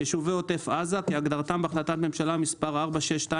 "יישובי עוטף עזה" כהגדרתם בהחלטת ממשלה מספר 462,